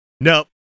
nope